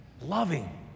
loving